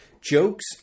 jokes